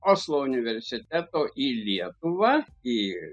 oslo universiteto į lietuvą į